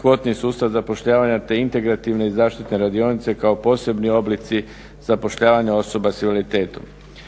kvotni sustav za zapošljavanje te integrativne i zaštitne radionice kao posebni oblici zapošljavanje osoba s invaliditetom.